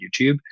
YouTube